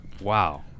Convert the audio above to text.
wow